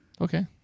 Okay